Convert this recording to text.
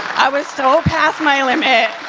i was so past my limit.